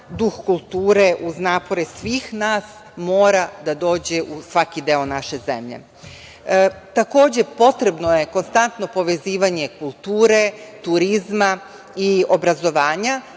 duh kulture uz napore svih nas mora da dođe u svaki deo naše zemlje. Potrebno je konstantno povezivanje kulture, turizma i obrazovanja.